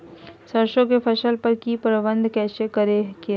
सरसों की फसल पर की प्रबंधन कैसे करें हैय?